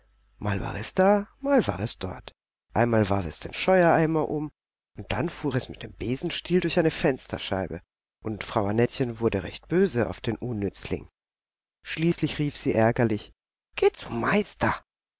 war es da mal war es dort einmal warf es den scheuereimer um dann fuhr es mit dem besenstiel durch eine fensterscheibe und frau annettchen wurde recht böse auf den unnützling schließlich rief sie ärgerlich geh zum meister